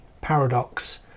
paradox